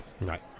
Right